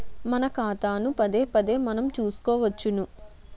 మన ఖాతాను పదేపదే మనం చూసుకోవచ్చును